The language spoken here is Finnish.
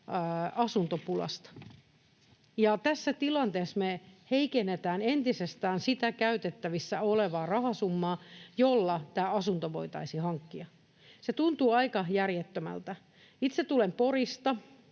asuntopulasta. Tässä tilanteessa me heikennetään entisestään sitä käytettävissä olevaa rahasummaa, jolla asunto voitaisiin hankkia. Se tuntuu aika järjettömältä. Itse tulen Porista,